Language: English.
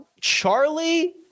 charlie